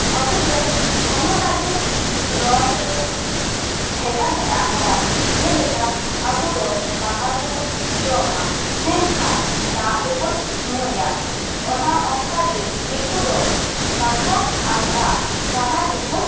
ᱟᱵᱚ ᱫᱚ ᱥᱟᱱᱟᱢᱟᱜ ᱜᱮ ᱨᱚᱲ ᱨᱮ ᱵᱷᱮᱜᱟᱨ ᱢᱮᱱᱟᱜ ᱟᱠᱟᱫᱟ ᱡᱮᱞᱮᱠᱟ ᱟᱵᱚ ᱫᱚ ᱫᱟᱠᱟ ᱫᱚᱵᱚᱱ ᱡᱚᱢᱟ ᱢᱮᱱᱠᱷᱟᱱ ᱫᱟᱜ ᱫᱚᱵᱚᱱ ᱧᱩᱭᱟ ᱚᱱᱟ ᱚᱱᱠᱟᱜᱮ ᱫᱤᱠᱩ ᱫᱚ ᱫᱟᱠᱟ ᱟᱨ ᱫᱟᱜ ᱵᱟᱱᱟᱨ ᱜᱮᱠᱚ